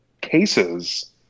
cases